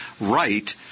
right